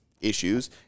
issues